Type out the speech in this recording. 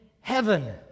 heaven